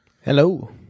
hello